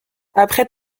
après